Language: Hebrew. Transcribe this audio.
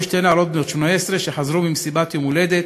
שתי נערות בנות 18 שחזרו ממסיבת יום הולדת